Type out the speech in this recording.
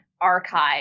archive